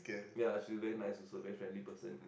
ya Susan like also friendly person